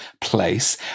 place